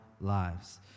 lives